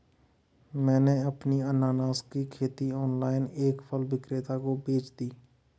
मैंने अपनी अनन्नास की खेती ऑनलाइन एक फल विक्रेता को बेच दी